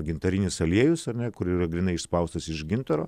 gintarinis aliejus ar ne kur yra grynai išspaustas iš gintaro